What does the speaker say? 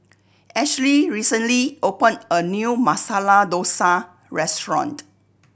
Ashley recently opened a new Masala Dosa Restaurant